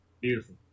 Beautiful